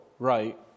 Right